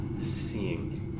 seeing